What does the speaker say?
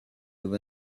over